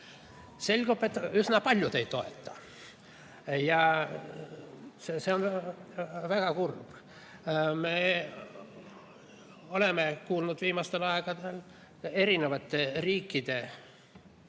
Selgub aga, et üsna paljud ei toeta. Ja see on väga kurb. Me oleme kuulnud viimastel aegadel eri riikide